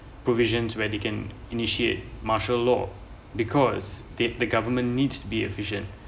provisions where they can initiate martial law because the the government needs to be efficient